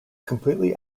completely